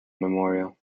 memorial